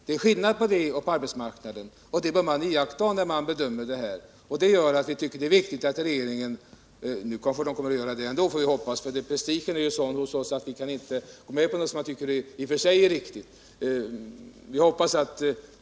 Det är skillnad på detta och på förhållandena på arbetsmarknaden, och det bör man beakta när man gör bedömningarna. Därför hoppas vi att regeringen följer dessa riktlinjer, men prestigen är så stor att regeringen har svårt att gå med på vad den i och för sig tycker är riktigt.